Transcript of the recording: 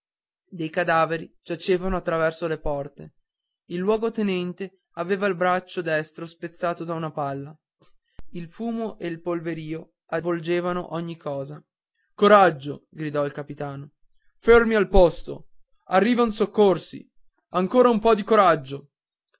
dei cadaveri giacevano a traverso alle porte il luogotenente aveva il braccio destro spezzato da una palla il fumo e il polverio avvolgevano ogni cosa coraggio arrivan soccorsi ancora un po di coraggio